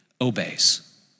obeys